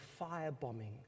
firebombing